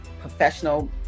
professional